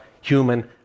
human